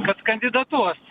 kad kandidatuos